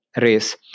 race